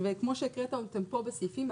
כמו שהקראתם פה בסעיפים,